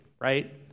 right